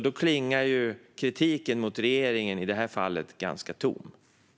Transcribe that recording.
Då klingar ju kritiken mot regeringen i det här fallet ganska tomt.